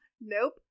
nope